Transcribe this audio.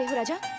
raja?